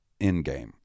endgame